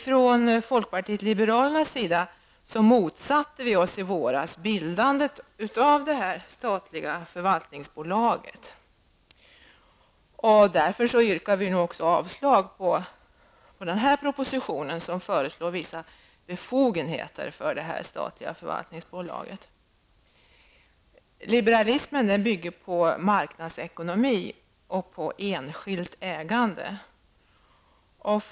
Från folkpartiet liberalernas sida motsatte vi oss i våras bildandet av det statliga förvaltningsbolaget. Därför yrkar vi nu också avslag på denna proposition som föreslår vissa befogenheter för detta statliga förvaltningsbolag. Liberalismen bygger på marknadsekonomi och enskilt ägande.